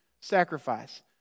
sacrifice